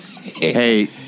Hey